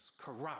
corrupt